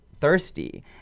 thirsty